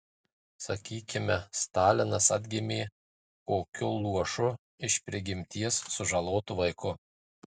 sakykime stalinas atgimė kokiu luošu iš prigimties sužalotu vaiku